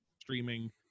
streaming